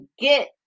get